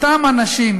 אותם אנשים,